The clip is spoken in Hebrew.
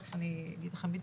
תיכף אני אגיד לכם בדיוק,